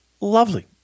Lovely